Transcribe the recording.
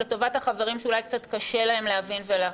לטובת החברים שאולי קצת קשה להם להבין ולהפנים,